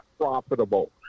profitable